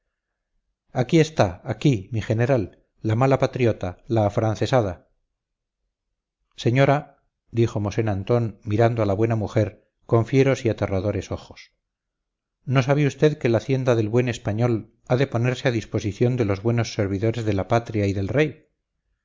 aquí está aquí mi general la mala patriota la afrancesada señora dijo mosén antón mirando a la buena mujer con fieros y aterradores ojos no sabe usted que la hacienda del buen español ha de ponerse a disposición de los buenos servidores de la patria y del rey